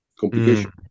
complication